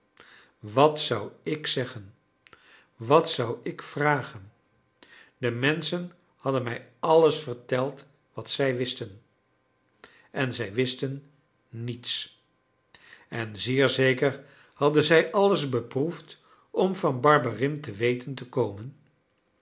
wat zou ik zeggen wat zou ik vragen de menschen hadden mij alles verteld wat zij wisten en zij wisten niets en zeer zeker hadden zij alles beproefd om van barberin te weten te komen